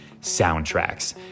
Soundtracks